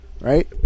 right